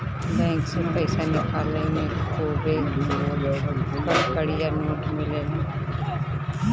bank से पईसा निकलला पे खुबे कड़कड़िया नोट मिलेला